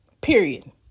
Period